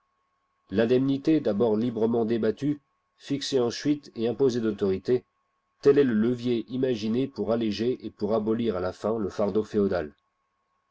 l'indemnité d'abord librement débattue fixée ensuite et imposée d'autorité tel est le levier imaginé pour alléger et pour abolir à la fin le fardeau féodal